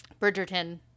Bridgerton